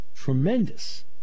Tremendous